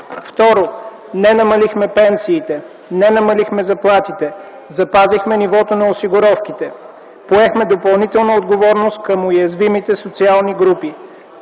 Второ, не намалихме пенсиите, не намалихме заплатите. Запазихме нивото на осигуровките. Поехме допълнителна отговорност към уязвимите социални групи.